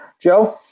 Joe